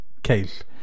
case